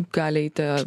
gali eiti